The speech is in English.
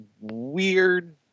weird